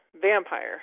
vampire